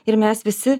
ir mes visi